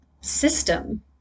system